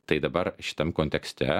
tai dabar šitam kontekste